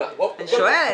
אין כאלה.